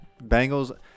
Bengals